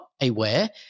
aware